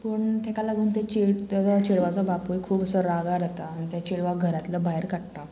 पूण तेका लागून ते चेड तेजो चेडवाचो बापूय खूब असो रागार जाता आनी त्या चेडवा घरांतलो भायर काडटा